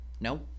No